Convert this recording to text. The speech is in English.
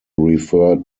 referred